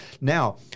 Now